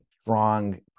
strong